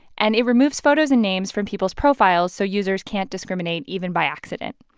and it removes photos and names from people's profiles so users can't discriminate, even by accident.